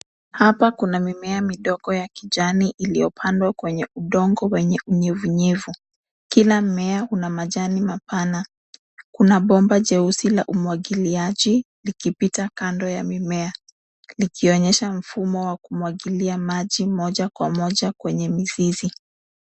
Hapa kuna mimea midogo ya kijani iliyopandwa kwenye udongo wenye unyevunyevu. Kila mmea una majani mapana. Kuna bomba jeusi la umwagiliaji likipita kando ya mimea, likionyesha mfumo wa kumwagilia maji moja kwa moja kwenye mizizi.